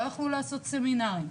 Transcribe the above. לא יכלו לעשות סמינרים.